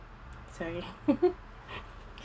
sorry